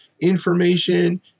information